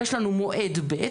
יש לנו מועד ב',